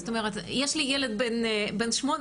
יש לי ילד בן שמונה,